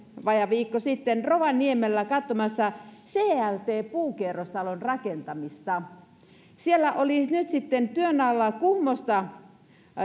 vajaa viikko sitten rovaniemellä katsomassa clt puukerrostalon rakentamista siellä oli nyt sitten työn alla kuhmosta